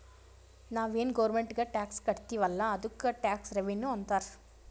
ನಾವು ಏನ್ ಗೌರ್ಮೆಂಟ್ಗ್ ಟ್ಯಾಕ್ಸ್ ಕಟ್ತಿವ್ ಅಲ್ಲ ಅದ್ದುಕ್ ಟ್ಯಾಕ್ಸ್ ರೆವಿನ್ಯೂ ಅಂತಾರ್